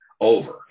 over